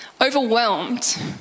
overwhelmed